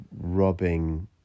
robbing